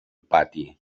pati